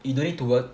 you don't need to work